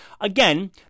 Again